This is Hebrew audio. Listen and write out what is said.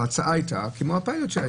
ההצעה הייתה כמו בפיילוט,